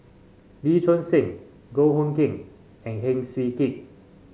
Lee Choon Seng Goh Hood Keng and Heng Swee Keat